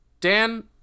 Dan